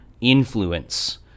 influence